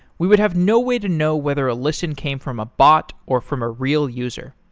we would have no way to know whether a listen came from a bot, or from a real user.